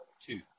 Two